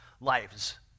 lives